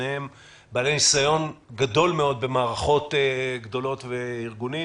שניהם בעלי ניסיון גדול מאוד במערכות גדולות וארגונים.